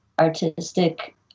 artistic